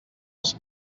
els